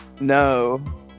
No